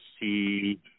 see